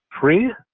free